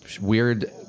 weird